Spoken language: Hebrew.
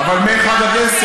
אבל מאחת עד עשר,